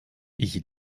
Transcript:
ich